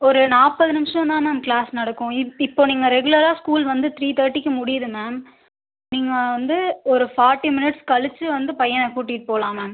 ஒரு நாற்பது நிமிஷம்தான் மேம் க்ளாஸ் நடக்கும் இப் இப்போது நீங்கள் ரெகுலராக ஸ்கூல் வந்து த்ரீ தேர்ட்டிக்கு முடியுது மேம் நீங்கள் வந்து ஒரு ஃபாட்டி மினிட்ஸ் கழிச்சி வந்து பையனை கூட்டிட்டு போகலாம் மேம்